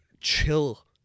chill